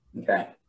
okay